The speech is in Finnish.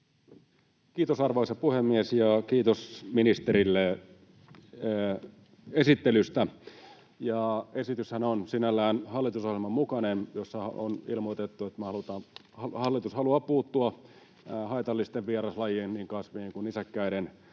Kiitos, arvoisa puhemies! Kiitos ministerille esittelystä. Esityshän on sinällään hallitusohjelman mukainen. Siinä on ilmoitettu, että hallitus haluaa puuttua haitallisten vieraslajien, niin kasvien kuin nisäkkäidenkin,